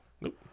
Nope